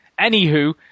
Anywho